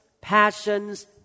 passions